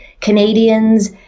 Canadians